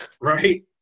right